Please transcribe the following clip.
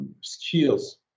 skills